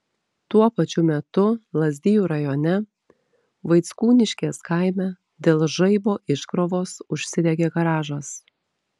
tuo pačiu metu lazdijų rajone vaickūniškės kaime dėl žaibo iškrovos užsidegė garažas